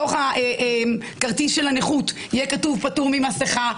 או לחילופין שבתוך כרטיס הנכות יהיה כתוב "פטור ממסכה",